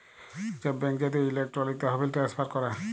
reserve bank জাতীয় electronic তহবিল transfer ক্যরে